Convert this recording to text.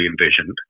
envisioned